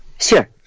Sure